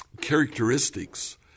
characteristics